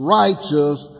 righteous